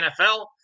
NFL